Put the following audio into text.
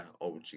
OG